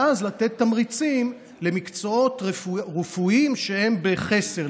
ואז לתת תמריצים למקצועות רפואיים שהם בחסר,